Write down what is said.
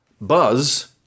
Buzz